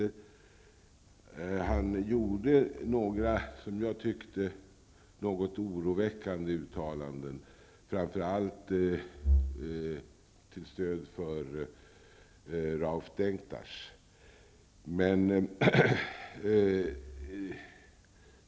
Han gjorde en del som jag tyckte något oroväckande uttalanden, framför allt till stöd för Rauf Denktash.